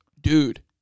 dude